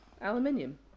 Aluminium